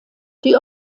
die